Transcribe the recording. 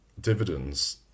dividends